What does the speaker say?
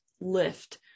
lift